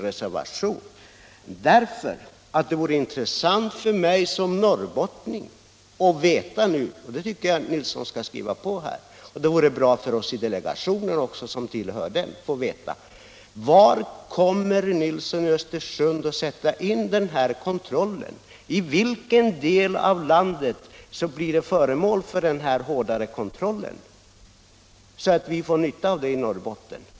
Det vore intressant för mig som norrbottning och även för dem som tillhör delegationen att få veta var herr Nilsson i Östersund kommer att sätta in kontrollen. Vilken del av landet blir föremål för hårdare kontroll, så att vi får nytta av det i Norrbotten?